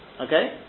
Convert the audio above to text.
Okay